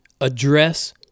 address